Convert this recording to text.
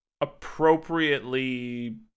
appropriately